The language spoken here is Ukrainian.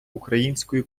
української